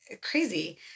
crazy